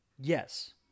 Yes